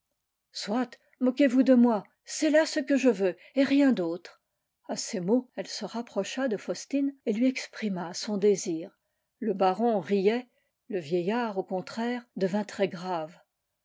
soiti moquez-vous de moi c'est là ce que je veux et rien d'autre a ces mots elle se rapprocha de faustin et lui exprima son désir le baron riait le vieillard au contraire devint très grave